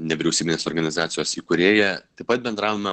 nevyriausybinės organizacijos įkūrėja taip pat bendravome